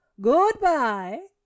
Goodbye